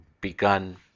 begun